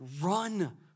Run